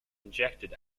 injected